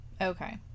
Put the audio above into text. Okay